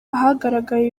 ahagaragaye